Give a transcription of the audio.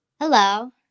Hello